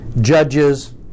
judges